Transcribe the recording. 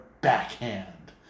backhand